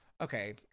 okay